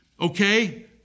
Okay